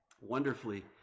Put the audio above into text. wonderfully